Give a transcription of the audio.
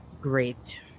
Great